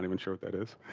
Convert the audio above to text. i mean sure what that is.